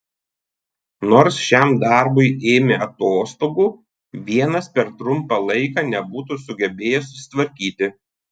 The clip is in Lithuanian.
nors šiam darbui ėmė atostogų vienas per trumpą laiką nebūtų sugebėjęs susitvarkyti